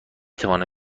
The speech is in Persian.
توانم